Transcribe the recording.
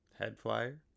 Headflyer